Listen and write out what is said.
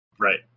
Right